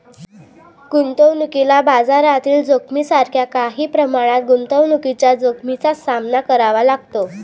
गुंतवणुकीला बाजारातील जोखमीसारख्या काही प्रमाणात गुंतवणुकीच्या जोखमीचा सामना करावा लागतो